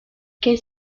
qu’est